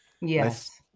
yes